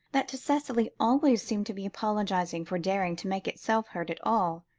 that to cicely always seemed to be apologising for daring to make itself heard at all.